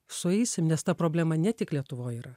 sueisim nes ta problema ne tik lietuvoj yra